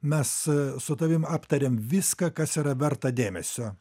mes su tavim aptarėm viską kas yra verta dėmesio